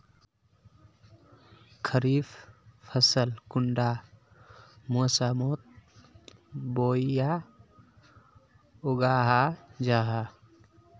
खरीफ फसल कुंडा मोसमोत बोई या उगाहा जाहा?